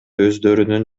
өздөрүнүн